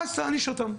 אז תעניש אותם.